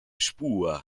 spur